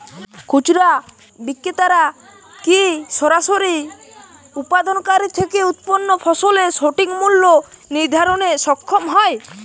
খুচরা বিক্রেতারা কী সরাসরি উৎপাদনকারী থেকে উৎপন্ন ফসলের সঠিক মূল্য নির্ধারণে সক্ষম হয়?